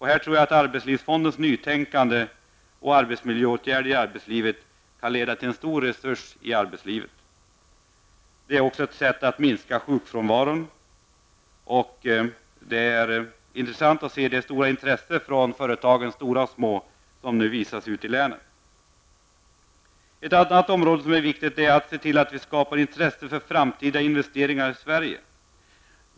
Här tror jag att arbetslivsfondens nytänkande och arbetsmiljöåtgärder i arbetslivet kan leda till en stor resurs i arbetslivet. Det är också ett sätt att minska sjukfrånvaron. Och det är intressant att se det stora intresse som företagen, stora som små, visar för detta ute i länen. En annan sak som är viktig är att det skapas intresse för framtida investeringar i Sverige.